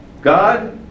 God